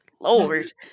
Lord